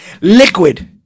Liquid